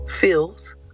feels